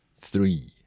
three